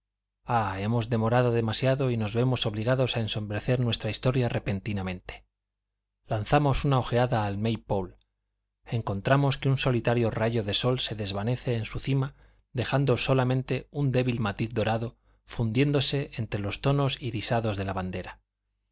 hemos demorado demasiado y nos vemos obligados a ensombrecer nuestra historia repentinamente lanzando una ojeada al may pole encontramos que un solitario rayo de sol se desvanece en su cima dejando solamente un débil matiz dorado fundiéndose entre los tonos irisados de la bandera